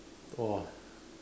!wah!